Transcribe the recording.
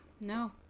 no